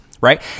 right